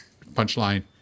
punchline